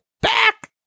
back